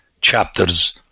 chapters